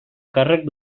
càrrec